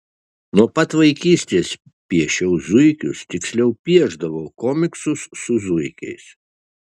nuo pat vaikystės piešiau zuikius tiksliau piešdavau komiksus su zuikiais